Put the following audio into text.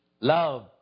love